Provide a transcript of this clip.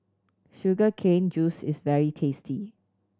sugar cane juice is very tasty